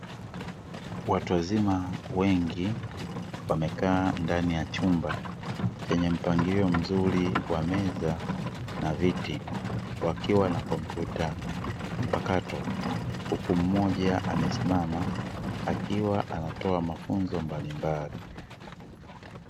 Watu wazima wengi wamekaa ndani ya chumba chenye mpangilio mzuri wa meza na viti wakiwa na kompyuta mpakato, huku mmoja amesimama akiwa anatoa mafunzo mbalimbali.